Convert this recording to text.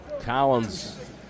Collins